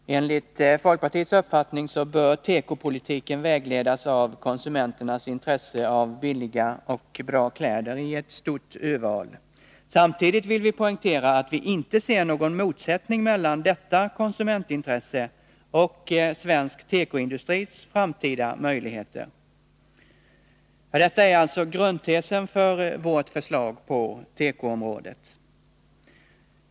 Herr talman! Enligt folkpartiets uppfattning bör tekopolitiken vägledas av konsumenternas intresse av billiga och bra kläder i ett stort urval. Samtidigt vill vi poängtera att vi inte ser någon motsättning mellan detta konsumentintresse och svensk tekoindustris framtida möjligheter. Detta är alltså utgångspunkten för vårt förslag på tekoområdet.